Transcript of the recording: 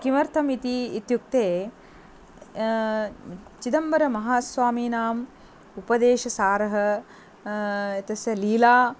किमर्थम् इत्युक्ते चिदम्बरमहास्वामिनाम् उपदेशसारः एतस्य लीला